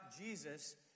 Jesus